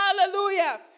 Hallelujah